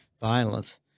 violence